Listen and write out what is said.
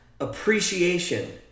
appreciation